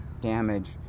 damage